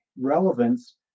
relevance